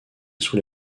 sous